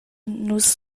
nus